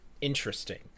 Interesting